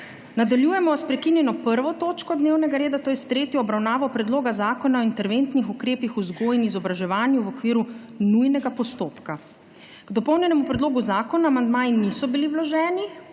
Nadaljujemo sprekinjeno 1. točko dnevnega reda, to je s tretjo obravnavo Predloga zakona o interventnih ukrepih v vzgoji in izobraževanju v okviru nujnega postopka. K dopolnjenemu predlogu zakona amandmaji niso bili vloženi,